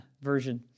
version